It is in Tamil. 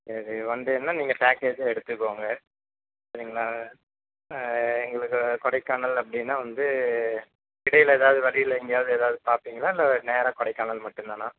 சரி ஒன் டேனால் நீங்கள் பேக்கேஜாக எடுத்துக்கோங்க சரிங்களா எங்களுக்கு கொடைக்கானல் அப்படின்னா வந்து இடையில் எதாவது வழியில் எங்கேயாவது ஏதாவது பார்ப்பிங்களா இல்லை நேராக கொடைக்கானல் மட்டும்தானா